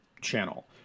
channel